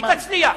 היא תצליח.